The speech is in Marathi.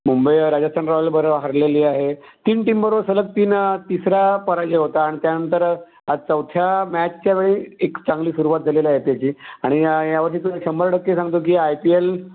मुंबई राजस्थान रॉयलबरोबर हरलेली आहे तीन टीमबरोबर सलग तीन तिसरा पराजय होता आणि त्यानंतर आज चौथ्या मॅचच्या वेळी एक चांगली सुरुवात झालेली आहे त्याची आणि या यावर्षी तर शंभर टक्के सांगतो की आय पी यल